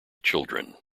children